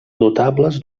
notables